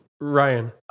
Ryan